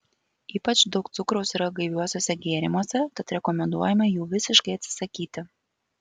ypač daug cukraus yra gaiviuosiuose gėrimuose tad rekomenduojama jų visiškai atsisakyti